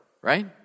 right